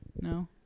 No